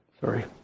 Sorry